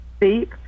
deep